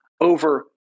over